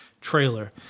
trailer